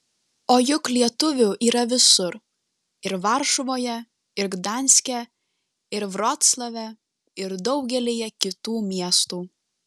o juk lietuvių yra visur ir varšuvoje ir gdanske ir vroclave ir daugelyje kitų miestų